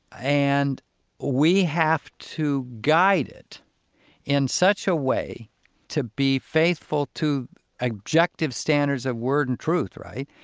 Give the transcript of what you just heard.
and we have to guide it in such a way to be faithful to objective standards of word and truth. right?